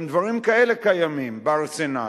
גם דברים כאלה קיימים בארסנל.